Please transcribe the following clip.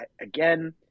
again